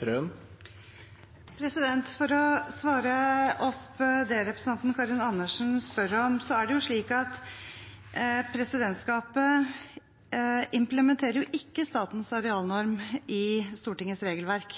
greit. For å svare på det representanten Karin Andersen spør om: Presidentskapet implementerer ikke statens arealnorm i Stortingets regelverk,